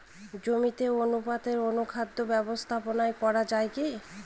জমিতে অনুপাতে অনুখাদ্য ব্যবস্থাপনা করা য়ায় কি?